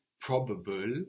probable